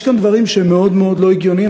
יש כאן דברים שהם מאוד מאוד לא הגיוניים.